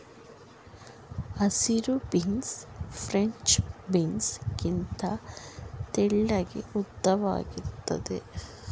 ಹಸಿರು beans French beans ಗಿಂತ ತೆಳ್ಳಗೆ ಉದ್ದವಾಗಿರುತ್ತದೆ